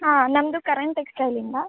ಹಾಂ ನಮ್ಮದು ಕರಣ್ ಟೆಕ್ಸಟೈಲಿಂದ